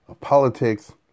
politics